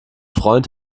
freund